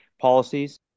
policies